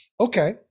Okay